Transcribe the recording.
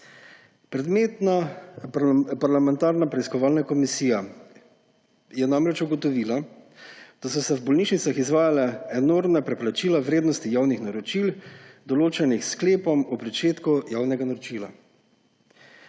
Predmetna parlamentarna preiskovalna komisija je namreč ugotovila, da so se v bolnišnicah izvajala enormna preplačila vrednosti javnih naročil, določenih s sklepom o začetku javnega naročila.